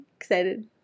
excited